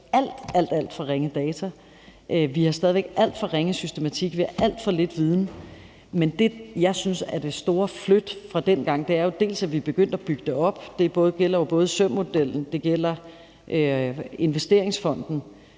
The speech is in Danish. alt for ringe data. Vi har stadig væk alt for ringe systematik, og vi har alt for lidt viden. Men det, jeg synes er det store ryk fra dengang, er, at vi er begyndt at bygge det op. Det gælder jo både SØM-modellen, og det gælder investeringsfonden